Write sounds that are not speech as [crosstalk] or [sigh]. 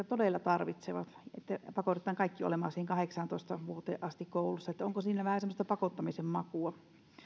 [unintelligible] todella tarvitsevat vaan pakotetaan kaikki olemaan siihen kahdeksaantoista vuoteen asti koulussa onko siinä vähän semmoista pakottamisen makua